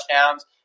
touchdowns